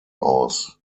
aus